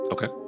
Okay